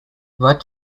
what